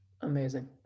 amazing